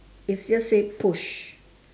it just say push